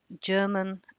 German